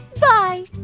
Bye